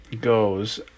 goes